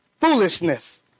foolishness